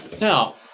Now